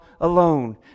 alone